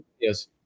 Yes